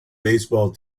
baseball